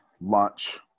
launch